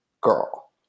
girl